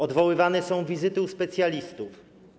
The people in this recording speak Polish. Odwoływane są wizyty u specjalistów.